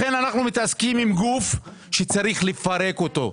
לכן, אנחנו מתעסקים עם גוף שצריך לפרק אותו.